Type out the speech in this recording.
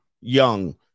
young